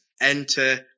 enter